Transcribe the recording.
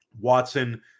Watson